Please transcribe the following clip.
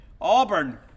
Auburn